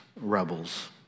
rebels